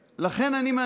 ולכן אני אומר,